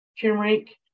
turmeric